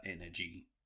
energy